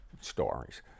stories